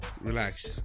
Relax